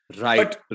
Right